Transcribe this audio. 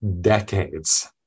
decades